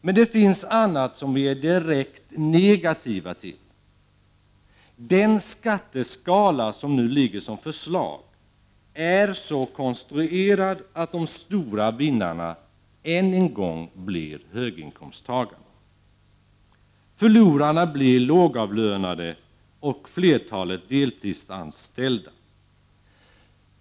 Men det finns annat som vi är direkt negativa till. Den skatteskala som nu ligger som förslag är så konstruerad att de stora vinnarna än en gång blir höginkomsttagarna. Förlorarna blir lågavlönade och flertalet deltidsanställda.